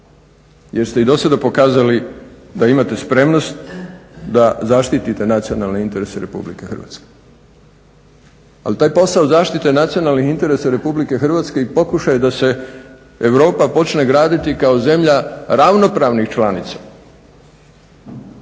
jer ste i do sada pokazali da imate spremnost da zaštitite nacionalne interese Republike Hrvatske. Ali taj posao zaštite nacionalnih interesa Republike Hrvatske i pokušaj da se Europa počne graditi kao zemlja ravnopravnih članica